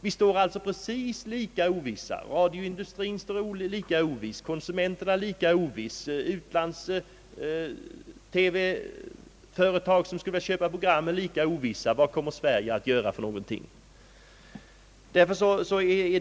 Vi står alltså lika ovissa. Radioindustrien är lika oviss, konsumenterna är lika ovissa, och utlands-TV-företag, som skulle köpa program, är lika ovissa om vad Sverige kommer att göra.